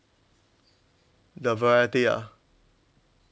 the variety ah